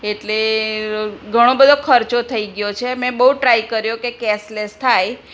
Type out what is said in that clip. એટલે ઘણો બધો ખર્ચો થઈ ગયો છે મે બહુ ટ્રાય કર્યો કે કેશ લેસ થાય